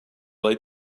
late